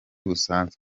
busanzwe